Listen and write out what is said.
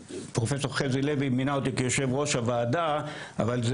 פרופ' חזי לוי מינה אותי כיושב-ראש הוועדה אבל זה